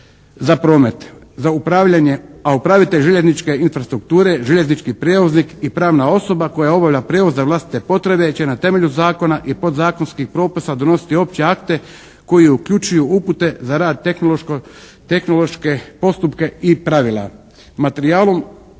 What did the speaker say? za promet, za upravljanje. A upravitelj željezničke infrastrukture željeznički prijevoznik i pravna osoba koja obavlja prijevoz za vlastite potrebe će na temelju zakona i podzakonskih propisa donositi opće akte koji uključuju upute za rad tehnološke postupke i pravila.